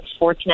Sportsnet